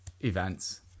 events